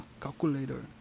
Calculator